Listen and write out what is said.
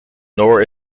nor